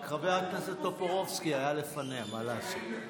רק שחבר הכנסת טופורובסקי היה לפניה, מה לעשות.